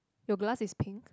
your glass is pink